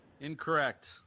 Incorrect